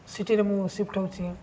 ସିଟିରେ ମୁଁ ସିଫ୍ଟ୍ ହେଉଛି